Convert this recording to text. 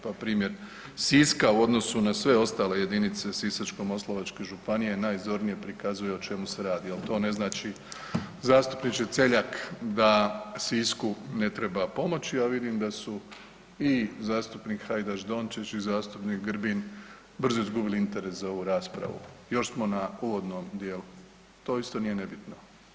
Pa primjer Siska u odnosu na sve ostale jedinice Sisačko-moslavačke županije najzornije prikazuje o čemu se radi a to ne znači zastupniče Celjak, da Sisku ne treba pomoći, a vidim da su i zastupnik Hajdaš Dončić i zastupnik Grbin brzo izgubili interes za ovu raspravu, još smo na uvodnom djelu, to isto nije nebitno.